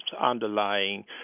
underlying